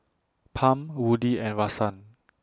Pam Woodie and Rahsaan